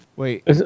Wait